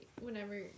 whenever